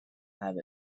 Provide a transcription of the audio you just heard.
have